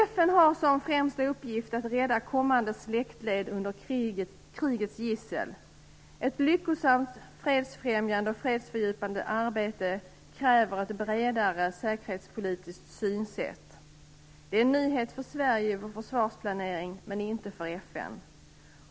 FN har som främsta uppgift att rädda kommande släktled undan krigets gissel. Ett lyckosamt fredsfrämjande och fredsfördjupande arbete kräver ett bredare säkerhetspolitiskt synsätt. Detta är en nyhet för Sverige i vår försvarsplanering men inte för FN.